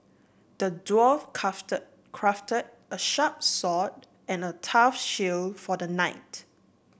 the dwarf craft craft a sharp sword and a tough shield for the knight